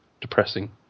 depressing